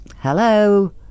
hello